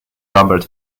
robert